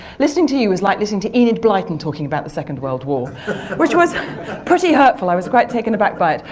listening to you is like listening to enid blyton talking about the second world war which was pretty hurtful i was quite taken aback by it.